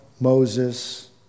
Moses